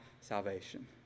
salvation